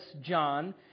John